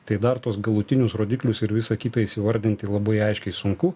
tai dar tuos galutinius rodiklius ir visą kitą įsivardinti labai aiškiai sunku